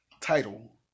title